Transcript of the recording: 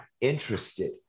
interested